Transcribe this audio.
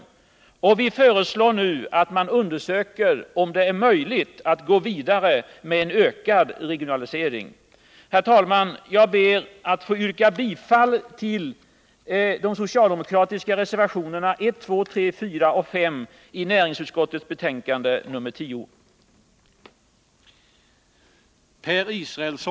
Vi föreslår nu att man undersöker om det är möjligt att gå vidare med en ökad regionalisering. Herr talman! Jag ber att få yrka bifall till de socialdemokratiska reservationerna 1, 2, 3, 4 och 5 i näringsutskottets betänkande nr 10.